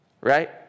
right